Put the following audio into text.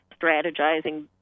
strategizing